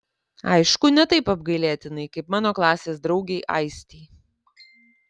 aišku ne taip apgailėtinai kaip mano klasės draugei aistei